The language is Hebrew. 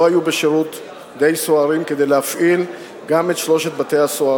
לא היו בשירות די סוהרים כדי להפעיל גם אותם.